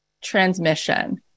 transmission